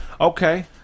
Okay